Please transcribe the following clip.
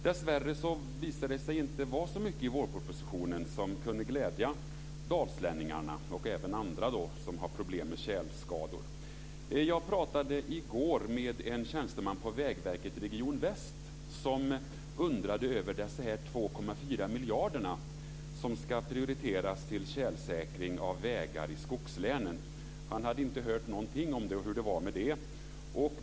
Dessvärre visade det sig inte vara så mycket i vårpropositionen som kunde glädja dalslänningarna och även andra som har problem med tjälskador. Jag pratade i går med en tjänsteman på Vägverket Region Väst som undrade över de 2,4 miljarderna för prioritering av tjälsäkring av vägar i skogslänen. Han hade inte hört någonting om hur det var med det.